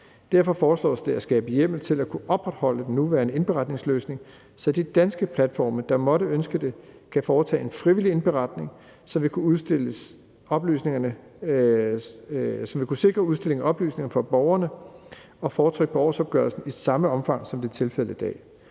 Derfor foreslås det at skabe hjemmel til at kunne opretholde den nuværende indberetningsløsning, så de danske platforme, der måtte ønske det, kan foretage en frivillig indberetning, som vil kunne sikre udstilling af oplysninger fra borgerne og fortryk på årsopgørelsen i samme omfang, som det er tilfældet i dag.